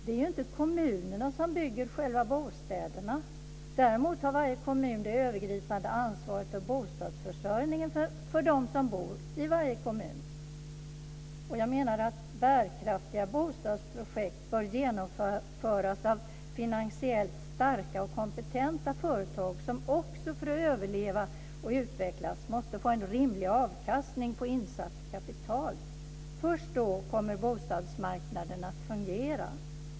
Det är ju inte kommunerna som bygger själva bostäderna. Däremot har varje kommun det övergripande ansvaret för bostadsförsörjningen för dem som bor i varje kommun. Jag menar att bärkraftiga bostadsprojekt bör genomföras av finansiellt starka och kompetenta företag, som också för att överleva och utvecklas måste få en rimlig avkastning på insatt kapital. Först då kommer bostadsmarknaden att fungera.